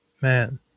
Man